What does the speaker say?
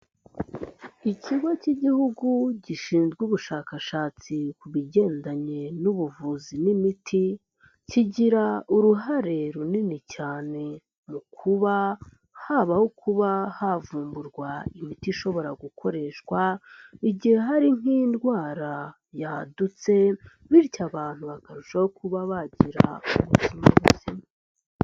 Ikigo cy'igihugu gishinzwe ubushakashatsi ku bigendanye n'ubuvuzi n'imiti, kigira uruhare runini cyane, mu kuba habaho kuba havumburwa imiti ishobora gukoreshwa, igihe hari nk'indwara yadutse, bityo abantu bakarushaho kuba bagira, ubuzima buzima.